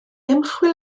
ymchwil